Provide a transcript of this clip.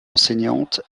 enseignante